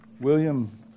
William